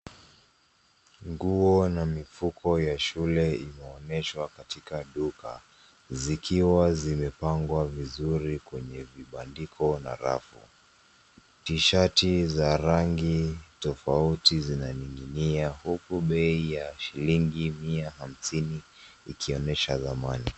Nguo na mifuko ya shule imeonyeshwa katika duka, zikiwa zimepangwa vizuri kwenye vibandiko na rafu. Tishati za rangi tofauti zinaning'inia huku bei ya shilingi 150 ikionyesha thamani.